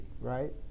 right